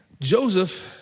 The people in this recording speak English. Joseph